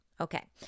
Okay